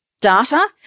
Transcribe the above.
data